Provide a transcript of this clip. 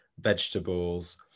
vegetables